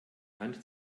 hand